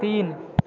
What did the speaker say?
तीन